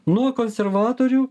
nuo konservatorių